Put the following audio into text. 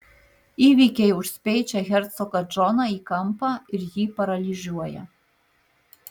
įvykiai užspeičia hercogą džoną į kampą ir jį paralyžiuoja